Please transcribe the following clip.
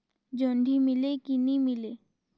जोणी मीले कि नी मिले?